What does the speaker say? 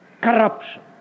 corruption